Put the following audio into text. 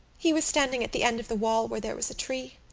he was standing at the end of the wall where there was a tree.